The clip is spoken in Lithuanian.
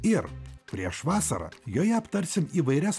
ir prieš vasarą joje aptarsim įvairias